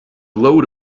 load